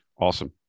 awesome